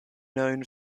known